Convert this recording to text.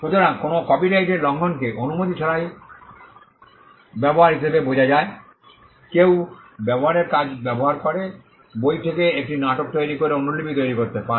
সুতরাং কোনও কপিরাইটের লঙ্ঘনকে অনুমতি ছাড়াই ব্যবহার হিসাবে বোঝা যায় কেউ ব্যবহারের কাজ ব্যবহার করে বই থেকে একটি নাটক তৈরি করে অনুলিপি তৈরি করতে পারে